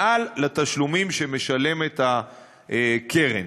מעל לתשלומים שמשלמת הקרן.